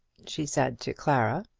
she said to clara.